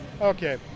Okay